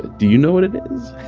do you know what it is?